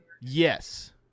Yes